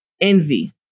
Envy